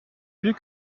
plus